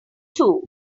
too